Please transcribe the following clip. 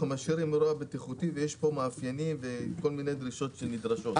אנחנו משאירים אירוע בטיחותי ויש כאן מאפיינים וכל מיני דרישות שנדרשות.